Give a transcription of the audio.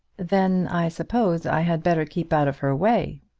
then i suppose i had better keep out of her way,